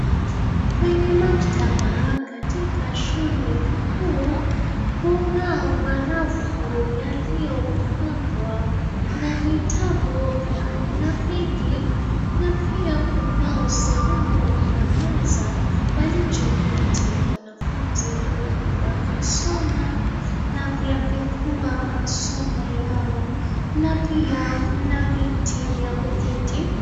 Kwenye maktaba, katika shule kikuu kunao marafu yaliyopangwa na vitabu ya aina vingi na pia kunao sehemu ya meza walichoketi wanafunzi huku wakisoma na kuyapekua masomo yao na pia kuna viti vya kuketi.